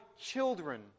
children